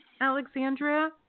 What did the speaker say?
Alexandria